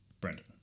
Brendan